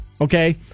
Okay